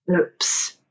Oops